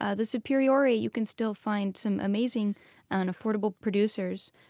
ah the superiore, you can still find some amazing and affordable producers,